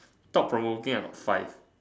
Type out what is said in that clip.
thought provoking I got five